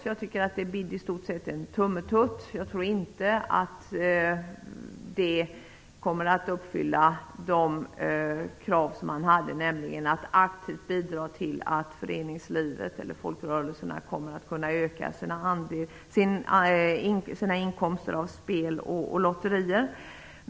Jag tycker att det i stort sett ''bidde en tummetott''. Jag tror inte att det kommer att uppfylla de krav som man hade, nämligen att bidra till att föreningslivet eller folkrörelserna kommer att kunna öka sina inkomster av spel och lotterier.